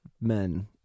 men